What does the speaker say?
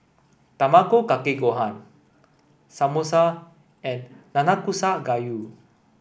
Tamago Kake Gohan Samosa and Nanakusa Gayu